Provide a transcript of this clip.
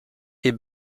est